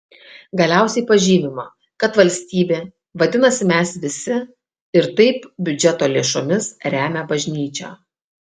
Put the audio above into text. galiausiai pažymima kad valstybė vadinasi mes visi ir taip biudžeto lėšomis remia bažnyčią